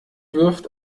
wirft